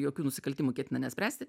jokių nusikaltimų ketina nespręsti